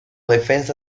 defensa